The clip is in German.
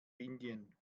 indien